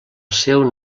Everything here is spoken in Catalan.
seu